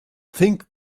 think